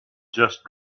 just